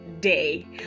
Day